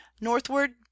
northward